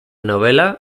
novel·la